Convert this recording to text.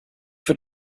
wird